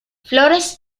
flores